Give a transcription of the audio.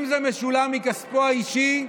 אם זה משולם מכספו האישי,